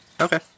okay